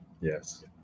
yes